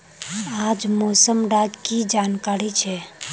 आज मौसम डा की जानकारी छै?